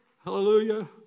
Hallelujah